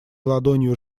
ладонью